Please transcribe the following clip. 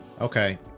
Okay